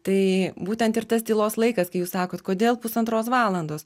tai būtent ir tas tylos laikas kai jūs sakot kodėl pusantros valandos